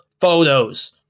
Photos